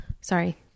sorry